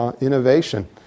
innovation